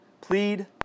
Plead